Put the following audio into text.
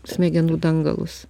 smegenų dangalus